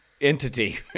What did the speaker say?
entity